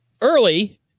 early